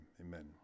Amen